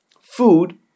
food